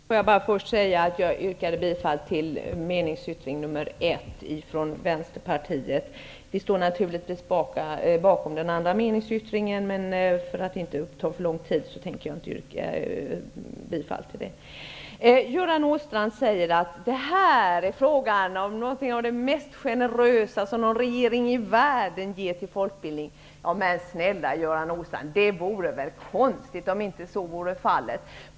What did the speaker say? Herr talman! Får jag först säga att jag yrkade bifall till meningsyttring 1 från Vänsterpartiet. Vi står naturligtvis bakom även den andra meningsyttringen, men för att inte ta upp för mycket av kammarens tid tänker jag inte yrka bifall till den. Göran Åstrand säger att detta är fråga om något av det mest generösa som någon regering i världen ger till folkbildning. Men snälla Göran Åstrand, det vore väl konstigt om så inte vore fallet.